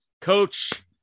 coach